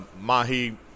mahi